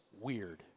weird